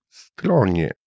stronie